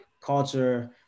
culture